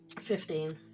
Fifteen